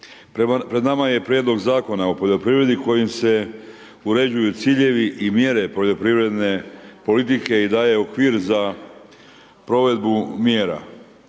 Pred nama je Prijedlog Zakona o poljoprivredu kojim se uređuju ciljevi i mjere poljoprivredne politike i daje okvir za provedbu mjera.